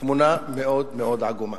התמונה מאוד-מאוד עגומה.